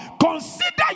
consider